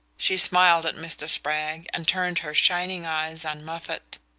she smiled at mr. spragg and turned her shining eyes on moffatt.